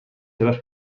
seves